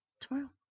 tomorrow